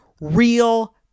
real